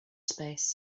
space